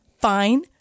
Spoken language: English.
fine